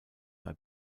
bei